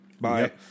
Bye